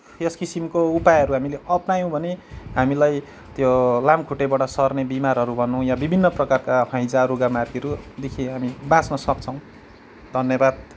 यस किसिमको उपायहरू हामीले अप्नायौँ भने हामीलाई त्यो लामखुट्टेबाट सर्ने बिमारहरू भनौँ या विभिन्न प्रकारका हैजा रुगामार्गीहरूदेखि हामी बाँच्नसक्छौँ धन्यवाद